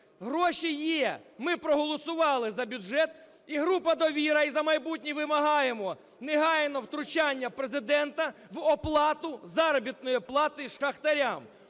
Гроші є. Ми проголосували за бюджет. І група "Довіра", і "За майбутнє" вимагаємо негайного втручання Президента в оплату заробітної плати шахтарям.